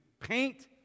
paint